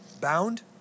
bound